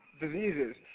diseases